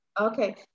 Okay